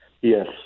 Yes